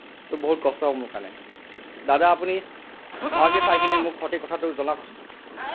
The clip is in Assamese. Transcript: তো বহুত কষ্ট হ'ব মোৰ কাৰণে দাদা আপুনি ভালকৈ চাই কিনে মোক সঠিক কথাটো মোক জনাওকচোন